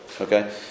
Okay